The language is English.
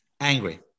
angry